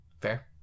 Fair